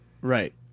Right